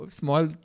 small